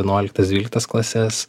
vienuoliktas dvyliktas klases